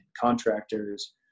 contractors